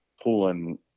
pulling